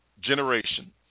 generation